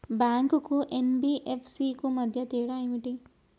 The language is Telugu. బ్యాంక్ కు ఎన్.బి.ఎఫ్.సి కు మధ్య తేడా ఏమిటి?